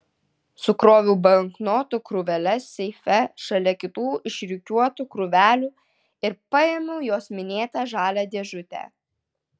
sukroviau banknotų krūveles seife šalia kitų išrikiuotų krūvelių ir paėmiau jos minėtą žalią dėžutę